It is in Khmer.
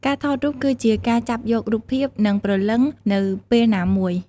ការថតរូបគឺជាការចាប់យករូបភាពនិងព្រលឹងនៅពេលណាមួយ។